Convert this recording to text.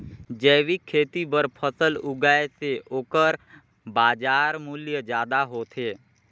जैविक खेती बर फसल उगाए से ओकर बाजार मूल्य ज्यादा होथे